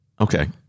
Okay